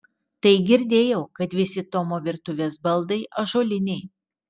tai girdėjau kad visi tomo virtuvės baldai ąžuoliniai